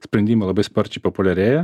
sprendimai labai sparčiai populiarėja